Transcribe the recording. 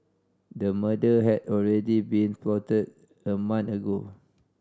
a murder had already been plotted a month ago